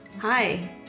Hi